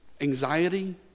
anxiety